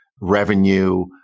revenue